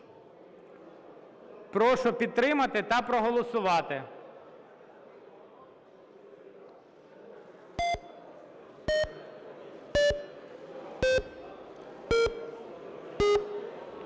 Прошу підтримати та проголосувати.